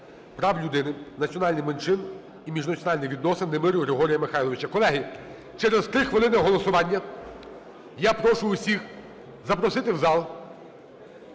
прав людини національних менших і міжнаціональних відносин Немирю Григорія Михайловича. Колеги, через 3 хвилини голосування. Я прошу усіх запросити в зал.